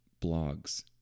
blogs